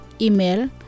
Email